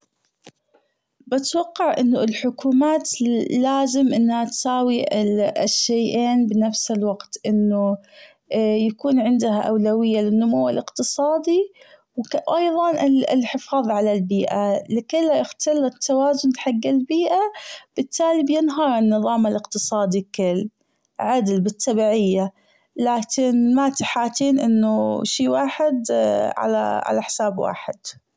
بتوقع أنه الحكومات لازم إنها تساوي ال- الشيئين بنفس الوقت أنه يكون عندها أولوية للنمو الأقتصادي وأيظا الحفاظ على البيئة لكلا يختل التوازن بحج البيئة بالتالي بينهار النظام الأقتصادي كل عدل بالتبعية لكن ما تحاجين أنه شي واحد على حساب واحد.